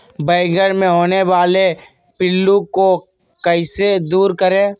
बैंगन मे होने वाले पिल्लू को कैसे दूर करें?